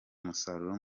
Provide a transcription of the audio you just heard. umusaruro